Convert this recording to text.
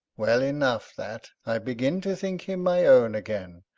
well enough that! i begin to think him my own again.